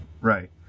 Right